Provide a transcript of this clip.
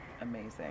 amazing